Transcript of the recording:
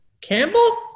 Campbell